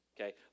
Okay